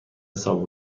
حساب